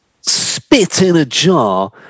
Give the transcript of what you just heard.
spit-in-a-jar